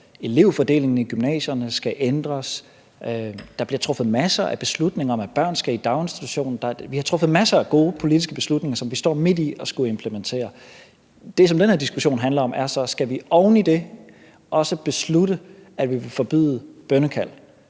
elevfordelingen i gymnasierne skal ændres, der bliver truffet masser af beslutninger om, at børn skal i daginstitution. Vi har truffet masser af gode politiske beslutninger, som vi står midt i at skulle implementere. Det, som den her diskussion handler om, er, om vi så oveni også skal beslutte, at vi vil forbyde bønnekald,